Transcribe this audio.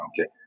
Okay